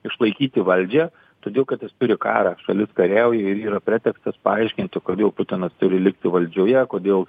išlaikyti valdžią todėl kad jis turi karą šalis kariauja ir yra pretekstas paaiškinti kodėl putinas turi likti valdžioje kodėl